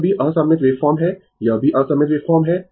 यह भी असममित वेवफॉर्म है यह भी असममित वेवफॉर्म है